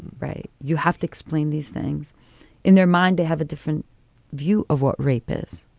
right. you have to explain these things in their mind. they have a different view of what rape is.